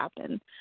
happen